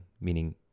meaning